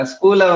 School